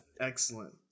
Excellent